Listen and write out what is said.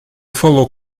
falou